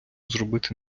зробити